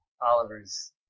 Oliver's